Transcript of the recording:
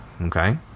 Okay